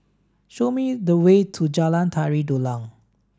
show me the way to Jalan Tari Dulang